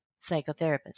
psychotherapist